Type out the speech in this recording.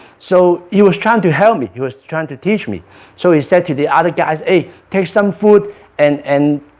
so he was trying to help me. he was trying to teach me so he said to the other guys take some food and and